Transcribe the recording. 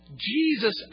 Jesus